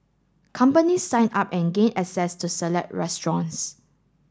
companies sign up and gain access to select restaurants